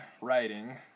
writing